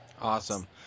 Awesome